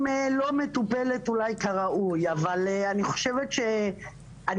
לא מטופלת אולי כראוי אבל אני חושבת שאני,